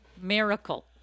miracle